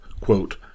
quote